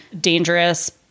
dangerous